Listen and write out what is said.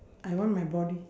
I want my body